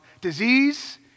disease